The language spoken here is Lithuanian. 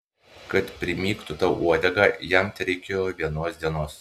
kad primygtų tau uodegą jam tereikėjo vienos dienos